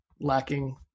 lacking